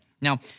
Now